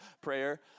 prayer